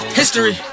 history